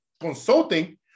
consulting